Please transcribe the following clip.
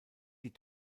die